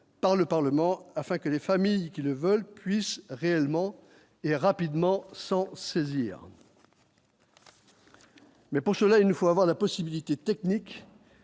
par le Parlement afin que les familles qui le veulent puissent réellement et rapidement s'en saisir. Mais pour cela il nous faut avoir la possibilité technique.